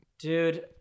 Dude